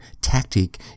tactic